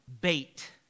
Bait